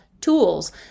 tools